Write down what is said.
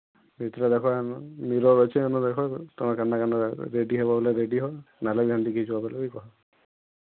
ଭିତ୍ରେ ଦେଖ ଇନୁ ମିରର୍ ଅଛି ତୁମେ କେନ୍ତା କେନ୍ତା ରେଡ଼ି ହେବ ବୋଲେ ରେଡ଼ି ହ ନହେଲେ ଏମ୍ତି ଖିଚ୍ବା ବୋଲେ କହ